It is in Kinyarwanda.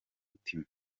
mutima